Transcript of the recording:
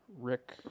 Rick